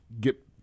get